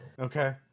Okay